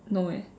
no eh